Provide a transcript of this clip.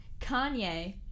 Kanye